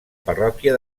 parròquia